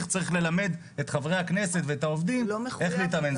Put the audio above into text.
צריך ללמד את חברי הכנסת ואת העובדים איך להתאמן.